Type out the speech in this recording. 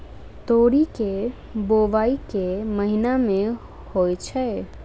तोरी केँ बोवाई केँ महीना मे होइ छैय?